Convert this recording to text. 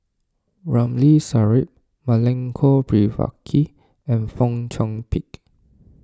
Ramli Sarip Milenko Prvacki and Fong Chong Pik